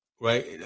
Right